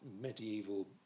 medieval